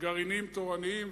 גרעינים תורניים,